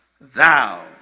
thou